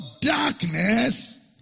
darkness